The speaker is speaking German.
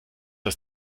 das